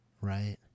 Right